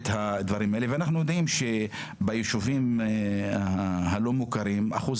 הדברים האלה ואנחנו יודעים שביישובים הלא מוכרים אחוז